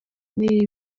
niyo